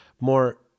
more